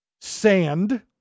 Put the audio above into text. sand